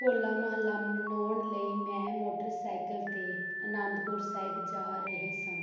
ਹੋਲਾ ਮੁਹੱਲਾ ਮਨਾਉਣ ਲਈ ਮੈਂ ਮੋਟਰਸਾਇਕਲ 'ਤੇ ਅਨੰਦਪੁਰ ਸਾਹਿਬ ਜਾ ਰਹੀ ਸੀ